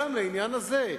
גם לעניין הזה.